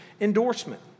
endorsement